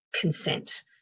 consent